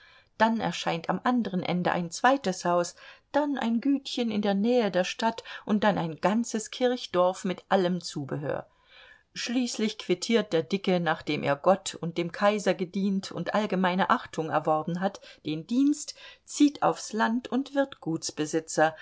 dann erscheint am anderen ende ein zweites haus dann ein gütchen in der nähe der stadt und dann ein ganzes kirchdorf mit allem zubehör schließlich quittiert der dicke nachdem er gott und dem kaiser gedient und allgemeine achtung erworben hat den dienst zieht aufs land und wird